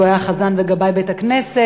הוא היה חזן וגבאי בית-הכנסת,